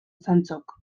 santxok